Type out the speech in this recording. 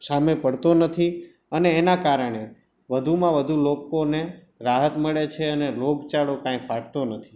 સામે પડતો નથી અને એના કારણે વધુમાં વધુ લોકોને રાહત મળે છે અને રોગચાળો કંઈ ફાટતો નથી